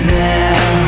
now